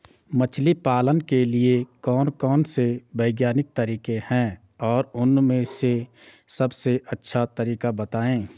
मछली पालन के लिए कौन कौन से वैज्ञानिक तरीके हैं और उन में से सबसे अच्छा तरीका बतायें?